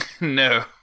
No